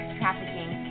trafficking